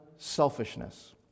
selfishness